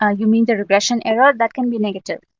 ah you mean the regression error? that can be negative.